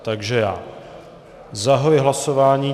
Takže já zahajuji hlasování.